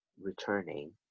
returning